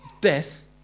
death